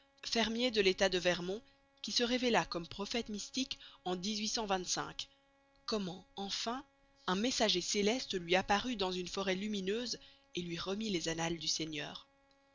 fermier de l'état de vermont qui se révéla comme prophète mystique en comment enfin un messager céleste lui apparut dans une forêt lumineuse et lui remit les annales du seigneur